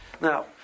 Now